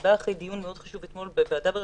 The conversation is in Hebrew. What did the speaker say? אני באה אחרי דיון חשוב מאוד בוועדה בראשותי,